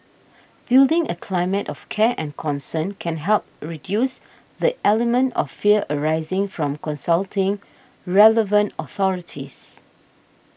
building a climate of care and concern can help reduce the element of fear arising from consulting relevant authorities